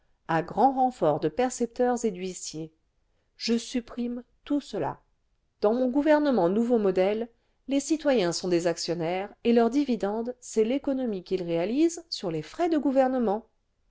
à grand renfjrt de percepteurs et d'huissiers je supprime tout cela dans mon gouvernement nouveau modèle les citoyens sont des actionnaires et leur dividende c'est l'économie qu'ils réalisent sur lés frais de